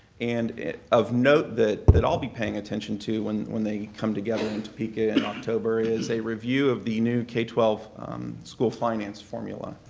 and of note that that i'll be paying attention to when when they come together in topeka in october is a review of the new k twelve school finance formula.